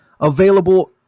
available